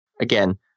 again